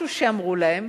משהו שאמרו להם,